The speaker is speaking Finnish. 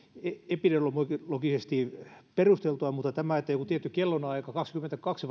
epidemiologisesti perusteltua mutta tämä että on joku tietty kellonaika kaksikymmentäkaksi